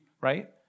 right